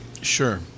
Sure